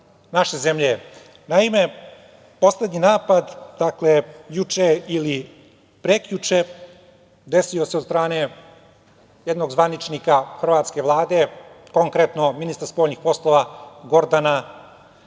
Naime, poslednji napad, juče ili prekjuče, desio se od strane jednog zvaničnika hrvatske vlade, konkretno ministra spoljnih poslova Gordana Grlića